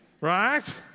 right